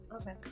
okay